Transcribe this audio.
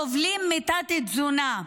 הסובלים מתת-תזונה,